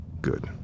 Good